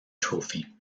trophy